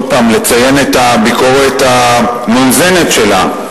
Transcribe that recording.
שוב לציין את הביקורת המאוזנת שלה.